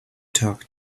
talk